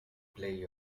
play